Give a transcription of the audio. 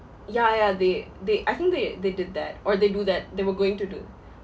ya ya ya they they I think they they did that or they do that they were going to do